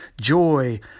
joy